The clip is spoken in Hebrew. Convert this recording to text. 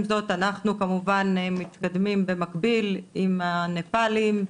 זאת אנחנו כמובן מתקדמים במקביל עם הנפאלים.